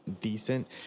decent